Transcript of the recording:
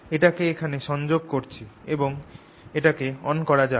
এটাকে এখানে সংযোগ করছি এবং এটাকে অন করা যাক